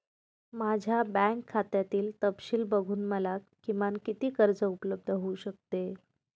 माझ्या बँक खात्यातील तपशील बघून मला किमान किती कर्ज उपलब्ध होऊ शकते?